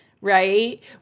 Right